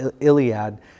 Iliad